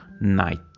night